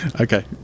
Okay